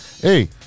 Hey